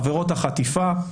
עבירות החטיפה.